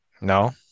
No